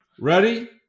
Ready